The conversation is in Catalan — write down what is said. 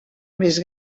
més